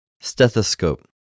Stethoscope